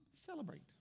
celebrate